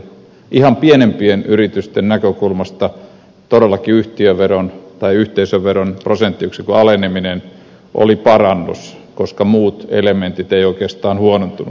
ihan pienimpien yritysten näkökulmasta todellakin yhteisöveron prosenttiyksikön aleneminen oli parannus koska muut elementit eivät oikeastaan huonontuneetkaan